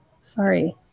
sorry